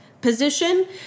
position